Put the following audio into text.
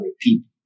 people